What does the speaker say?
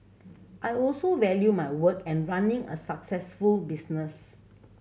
I also value my work and running a successful business